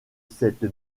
cette